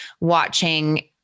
watching